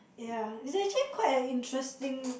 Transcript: ya it's actually quite a interesting